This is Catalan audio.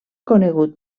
conegut